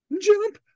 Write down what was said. Jump